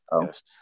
yes